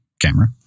camera